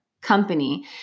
company